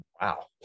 wow